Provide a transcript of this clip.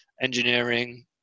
engineering